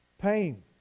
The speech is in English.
pain